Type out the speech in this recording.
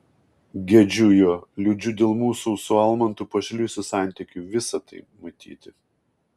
gedžiu jo liūdžiu dėl mūsų su almantu pašlijusių santykių visa tai matyti